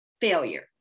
failure